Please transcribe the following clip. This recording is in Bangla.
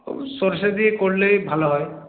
সরষে দিয়ে করলেই ভালো হয়